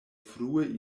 frue